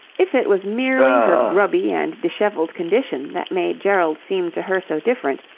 if it was merely her grubby and dishevelled condition that made gerald seem to her so different,